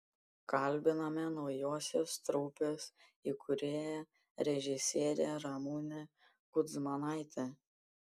kalbiname naujosios trupės įkūrėją režisierę ramunę kudzmanaitę